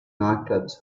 nightclubs